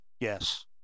Yes